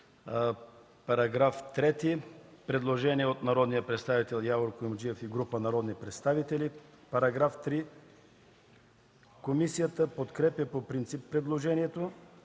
направено предложение от народния представител Явор Куюмджиев и група народни представители. Комисията подкрепя по принцип предложението